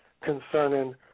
concerning